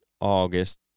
August